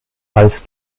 als